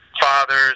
fathers